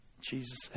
Jesus